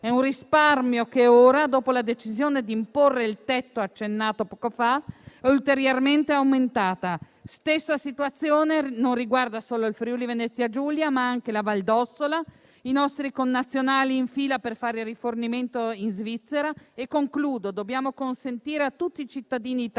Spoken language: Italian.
è un risparmio che ora, dopo la decisione di imporre il tetto accennato poco fa, è ulteriormente aumentato. Questa situazione riguarda non solo il Friuli-Venezia Giulia, ma anche la Val d'Ossola, dove i nostri connazionali sono in fila per fare rifornimento in Svizzera. In conclusione, dobbiamo consentire a tutti i cittadini italiani